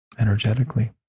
energetically